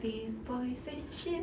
face boys and shit